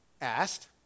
asked